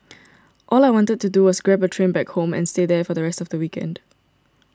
all I wanted to do was grab a train back home and stay there for the rest of the weekend